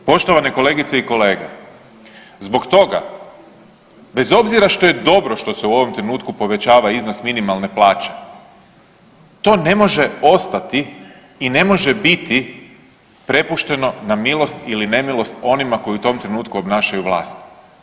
Poštovane kolegice i kolege, zbog toga bez obzira što je dobro što se u ovom trenutku povećava iznos minimalne plaće to ne može ostati i ne može biti prepušteno na milost ili nemilost onima koji u tom trenutku obnašaju vlast.